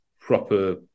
proper